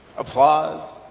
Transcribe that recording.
applause.